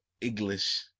English